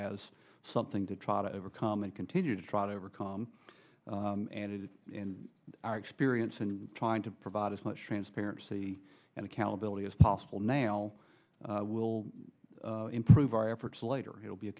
as something to try to overcome and continue to try to overcome and it is in our experience and trying to provide as much transparency and accountability as possible now will improve our efforts later he will be a